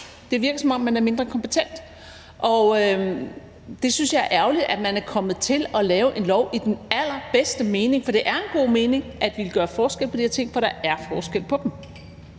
det virker, som om man er mindre kompetent. Man har lavet en lov i den allerbedste mening, for det er en god mening at ville gøre forskel på de her ting, da der er forskel på dem,